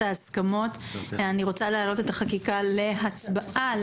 ההסכמות אני רוצה להעלות את החקיקה להצבעה.